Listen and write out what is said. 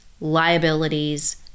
liabilities